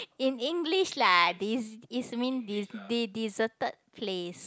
in English lah this is mean de~ deserted place